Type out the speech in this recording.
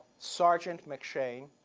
sergeant mcshane.